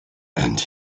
and